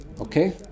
Okay